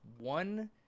one